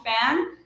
fan